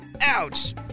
ouch